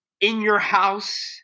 in-your-house